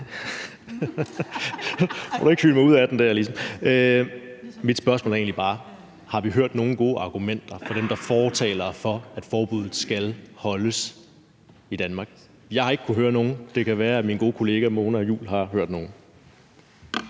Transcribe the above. Mit spørgsmål er egentlig bare: Har vi hørt nogen gode argumenter fra dem, der er fortalere for, at forbuddet skal holdes i Danmark? Jeg har ikke kunnet høre nogen, men det kan være, at min gode kollega Mona Juul har hørt nogle.